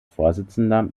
vorsitzender